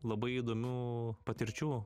labai įdomių patirčių